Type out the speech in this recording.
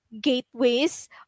gateways